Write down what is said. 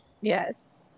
Yes